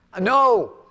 No